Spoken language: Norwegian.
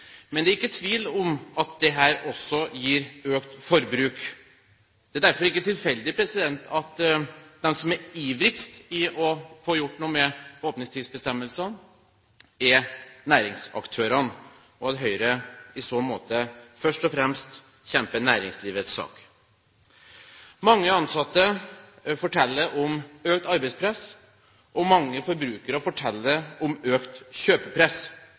men det er ingen tvil om at dette også gir økt forbruk. Det er derfor ikke tilfeldig at de som er ivrigst etter å få gjort noe med åpningstidsbestemmelsene, er næringsaktørene, og at Høyre i så måte først og fremst kjemper næringslivets sak. Mange ansatte forteller om økt arbeidspress, og mange forbrukere forteller om økt kjøpepress.